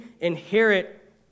inherit